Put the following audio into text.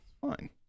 Fine